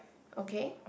okay